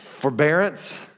Forbearance